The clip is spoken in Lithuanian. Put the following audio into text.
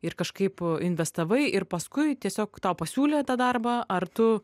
ir kažkaip investavai ir paskui tiesiog tau pasiūlė tą darbą ar tu